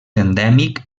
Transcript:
endèmic